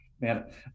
man